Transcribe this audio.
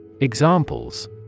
Examples